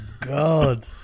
god